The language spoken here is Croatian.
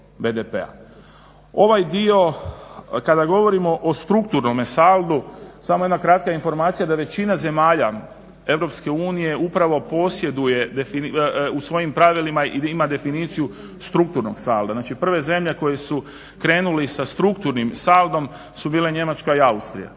Ovaj dio kada govorimo o strukturnome saldu, samo jedna kratka informacija da većina zemalja EU upravo posjeduje u svojim pravilima i ima definiciju strukturnog salda. Znači, prve zemlje koje su krenuli sa strukturnim saldom su bile Njemačka i Austrija.